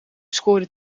scoorde